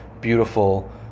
beautiful